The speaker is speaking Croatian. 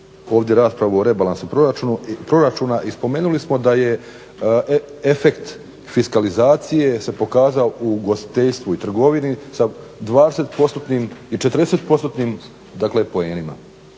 ovdje raspravu o rebalansu proračuna i spomenuli smo da je efekt fiskalizacije se pokazao u ugostiteljstvu i trgovini sa 20% i 40% dakle poenima,